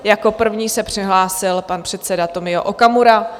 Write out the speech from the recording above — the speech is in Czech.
Jako první se přihlásil pan předseda Tomio Okamura.